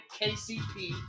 KCP